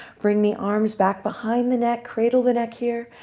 bring the arms back behind the neck, cradle the neck here,